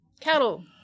cattle